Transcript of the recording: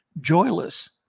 joyless